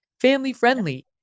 family-friendly